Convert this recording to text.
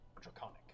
draconic